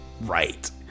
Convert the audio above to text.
right